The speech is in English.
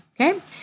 Okay